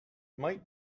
might